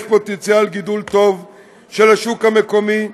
פוטנציאל גידול טוב של השוק המקומי,